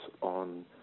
on